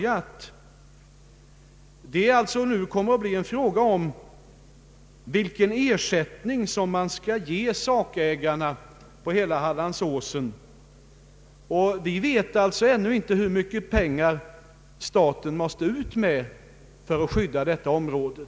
Man skall alltså nu resonera med parterna om vilken ersättning man skall ge sakägarna på det berörda området på Hallandsåsen. Vi vet för dagen ännu inte hur mycket pengar staten måste ge ut för att skydda detta område.